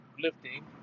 lifting